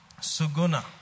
Suguna